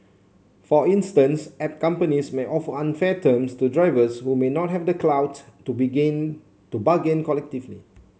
for instance app companies may offer unfair terms to drivers who may not have the clout to begin to bargain collectively